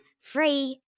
free